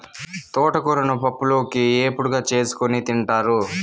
తోటకూరను పప్పులోకి, ఏపుడుగా చేసుకోని తింటారు